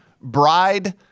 Bride